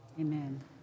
amen